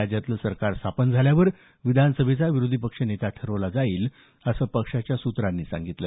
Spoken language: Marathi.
राज्यातलं सरकार स्थापन झाल्यावर विधानसभेचा विरोधी पक्षनेता ठरवला जाईल असं पक्षाच्या सूत्रांनी सांगितलं